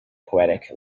poetic